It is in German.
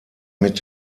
mit